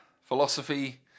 philosophy